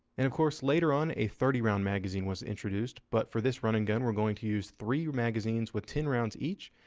and of course, later on a thirty round magazine was introduced, but for this run and gun we're going to use three magazines with ten rounds each,